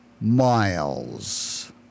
miles